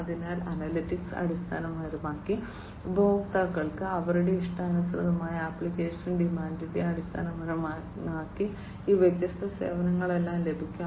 അതിനാൽ അനലിറ്റിക്സ് അടിസ്ഥാനമാക്കി ഉപഭോക്താക്കൾക്ക് അവരുടെ ഇഷ്ടാനുസൃതമാക്കിയ ആപ്ലിക്കേഷൻ ഡിമാൻഡിനെ അടിസ്ഥാനമാക്കി ഈ വ്യത്യസ്ത സേവനങ്ങളെല്ലാം ലഭിക്കും